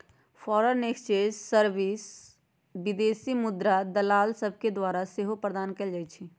foreign exchange service विदेशी मुद्राके दलाल सभके द्वारा सेहो प्रदान कएल जाइ छइ